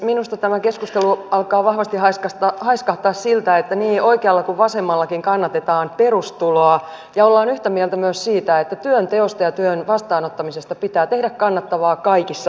minusta tämä keskustelu alkaa vahvasti haiskahtaa siltä että niin oikealla kuin vasemmallakin kannatetaan perustuloa ja ollaan yhtä mieltä myös siitä että työnteosta ja työn vastaanottamisesta pitää tehdä kannattavaa kaikissa olosuhteissa